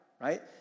right